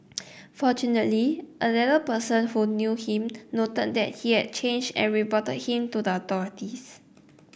fortunately another person who knew him noted that he had changed and reported him to the authorities